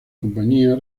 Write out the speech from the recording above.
compañía